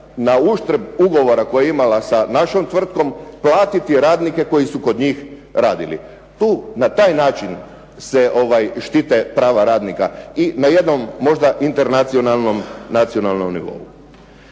na uštrb ugovora koji je imala sa našom tvrtkom platiti radnike koji su kod njih radili. Na taj način se štite prava radnika i na jednom možda internacionalnom nivou.